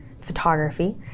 photography